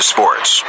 Sports